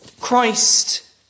Christ